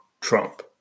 Trump